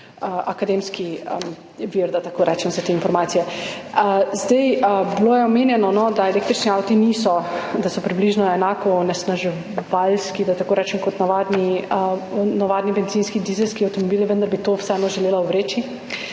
akademski vir, da tako rečem, vse te informacije. Omenjeno je bilo, da so električni avti približno enako onesnaževalski, da tako rečem, kot navadni bencinski in dizelski avtomobili, vendar bi to vseeno želela ovreči.